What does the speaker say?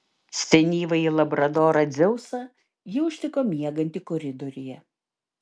senyvąjį labradorą dzeusą ji užtiko miegantį koridoriuje